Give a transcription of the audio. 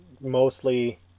mostly